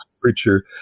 preacher